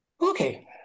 Okay